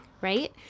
right